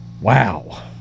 Wow